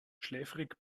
schläfrig